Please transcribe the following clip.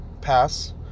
Pass